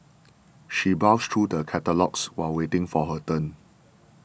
she browsed through the catalogues while waiting for her turn